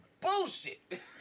bullshit